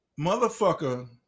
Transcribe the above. motherfucker